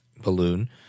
balloon